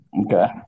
Okay